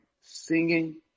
Singing